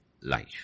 life